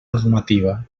normativa